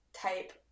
type